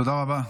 תודה רבה.